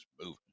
moving